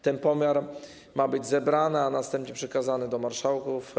Ten pomiar ma być zebrany, a następnie przekazany marszałkom.